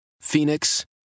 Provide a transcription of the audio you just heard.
Phoenix